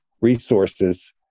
resources